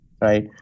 right